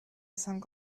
cinq